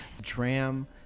Dram